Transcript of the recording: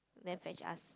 then fetch us